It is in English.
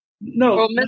No